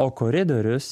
o koridorius